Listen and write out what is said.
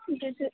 जैसे